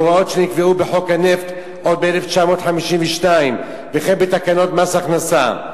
בהוראות שנקבעו בחוק הנפט עוד ב-1952 וכן בתקנות מס הכנסה.